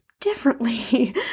differently